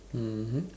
mmhmm